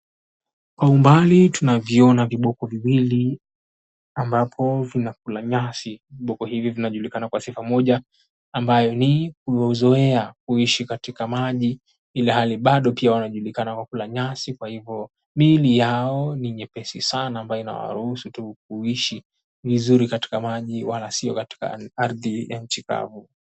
Kwa umbali tunaviona viboko viwili ambapo vinakula nyasi. Viboko hivi vinajulikana kwa sifa moja ambayo ni uzoea kuishi katika maji, ilhali bado pia wanajulikana kwa kula nyasi kwa hivyo miili yao ni nyepesi sana ambayo inawaruhusu tu kuishi vizuri katika maji wala sio katika ardhi ya nchi kavu.